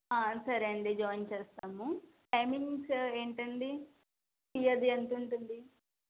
సరే అండి జాయిన్ చేస్తాము టైమింగ్స్ ఏంటండి ఫీ అది ఎంతుంటుంది